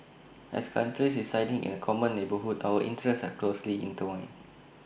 as countries residing in A common neighbourhood our interests are closely intertwined